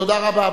תודה רבה.